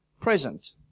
present